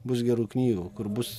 bus gerų knygų kur bus